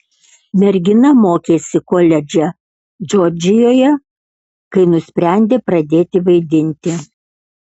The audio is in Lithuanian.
mergina mokėsi koledže džordžijoje kai nusprendė pradėti vaidinti